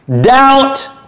doubt